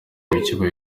byiciro